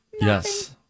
Yes